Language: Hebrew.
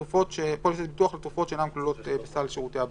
ופוליסת ביטוח לתרופות שאינן כלולות בסל שירותי הבריאות.